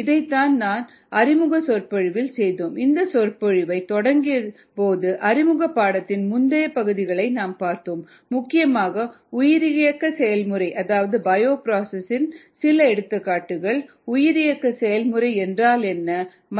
இதைத்தான் நாம் நம் அறிமுக சொற்பொழிவு செய்தோம் இந்த சொற்பொழிவை தொடங்கியபோது அறிமுக பாடத்தின் முந்தைய பகுதிகளை நாம் பார்த்தோம் முக்கியமாக உயிரியக்க செயல்முறையின் அதாவது பயோப்ராசஸ் இன் சில எடுத்துக்காட்டுகள் உயிரியக்க செயல்முறை என்றால் என்ன